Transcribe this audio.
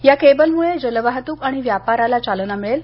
या केबलमुळे जलवाहतूक आणि व्यापाराला चालना मिळेल